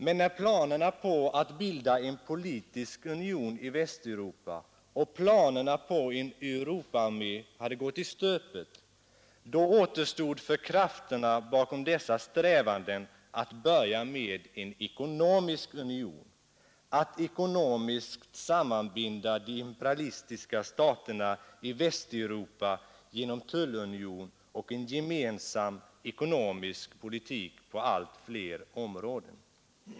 Men när planerna på att bilda en politisk union i Västeuropa och planerna på en Europaarmé hade gått i stöpet, då återstod för krafterna bakom dessa strävanden att börja med en ekonomisk union, att ekonomiskt sammanbinda de imperialistiska staterna i Västeuropa genom tullunion och en gemensam ekonomisk politik på allt fler områden.